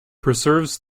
preserves